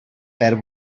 perd